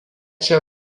čia